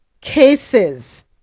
cases